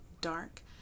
dark